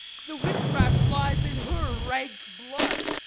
the witch-craft lies in her rank blood.